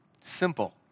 Simple